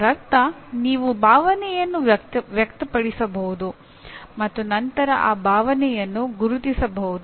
ಇದರರ್ಥ ನೀವು ಭಾವನೆಯನ್ನು ವ್ಯಕ್ತಪಡಿಸಬಹುದು ಮತ್ತು ನಂತರ ಆ ಭಾವನೆಯನ್ನು ಗುರುತಿಸಬಹುದು